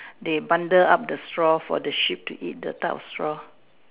they bundle up the straw for the sheep to eat the top straw